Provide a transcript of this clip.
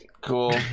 Cool